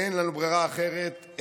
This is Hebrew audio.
אין לנו ברירה אחרת.